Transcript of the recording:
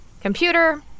Computer